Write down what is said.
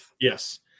yes